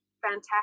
fantastic